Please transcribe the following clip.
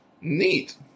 Neat